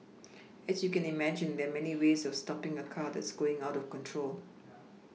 as you can imagine there are many ways of stopPing a car that's going out of control